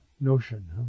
notion